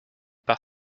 par